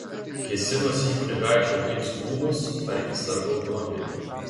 kėsinosi į kunigaikščių oginskių rūmus ar į sargo automobilį